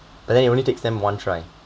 but then it only takes them one try